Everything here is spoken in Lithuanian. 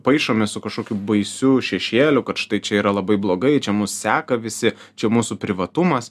paišomi su kažkokiu baisiu šešėliu kad štai čia yra labai blogai čia mus seka visi čia mūsų privatumas